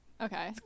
Okay